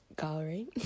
gallery